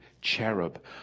cherub